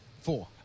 four